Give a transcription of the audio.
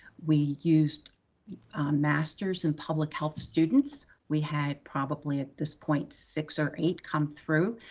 we used masters in public health students. we had probably at this point six or eight come through,